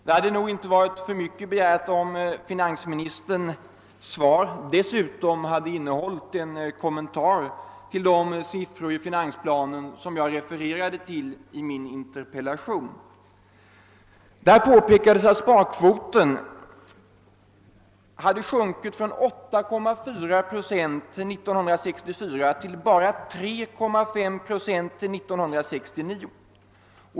Det hade nog inte varit för mycket begärt att finansministerns svar hade innehållit en kommentar till de siffror i finansplanen som jag refererade till i min interpellation. Där påpekades att sparkvoten hade sjunkit från 8,4 procent 1964 till 3,5 procent 1969.